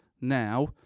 now